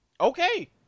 Okay